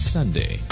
Sunday